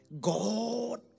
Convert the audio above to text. God